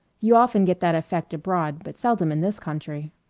you often get that effect abroad, but seldom in this country.